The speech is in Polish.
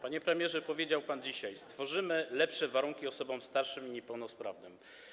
Panie premierze, powiedział pan dzisiaj: stworzymy lepsze warunki osobom starszym i niepełnosprawnym.